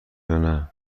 یانه